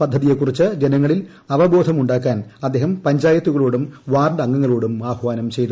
പദ്ധതിയെക്കുറിച്ച് ജനങ്ങളിൽ അവബോധമുണ്ടാക്കാൻ അദ്ദേഹം പഞ്ചായത്തുകളോടും വാർഡ് അംഗങ്ങളോടും ആഹ്വാനം ചെയ്തു